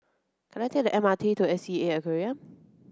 can I take the M R T to S E A Aquarium